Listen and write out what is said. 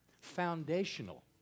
foundational